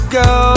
go